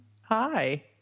Hi